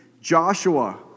Joshua